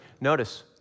notice